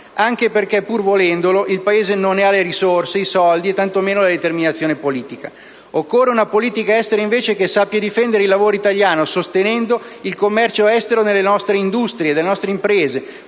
anche perché, pur volendo, il Paese non ne ha le risorse, i soldi né tanto meno la determinazione politica. Occorre invece una politica estera che sappia difendere il lavoro italiano sostenendo il commercio estero delle nostre industrie e delle nostre imprese,